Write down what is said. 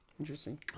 Interesting